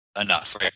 enough